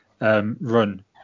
run